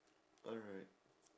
alright